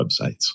websites